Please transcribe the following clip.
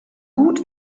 gut